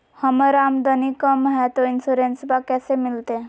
हमर आमदनी कम हय, तो इंसोरेंसबा कैसे मिलते?